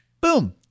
boom